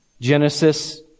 Genesis